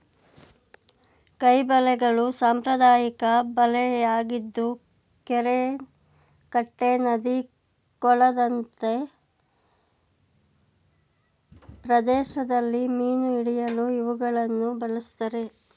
ಕೈ ಬಲೆಗಳು ಸಾಂಪ್ರದಾಯಿಕ ಬಲೆಯಾಗಿದ್ದು ಕೆರೆ ಕಟ್ಟೆ ನದಿ ಕೊಳದಂತೆ ಪ್ರದೇಶಗಳಲ್ಲಿ ಮೀನು ಹಿಡಿಯಲು ಇವುಗಳನ್ನು ಬಳ್ಸತ್ತರೆ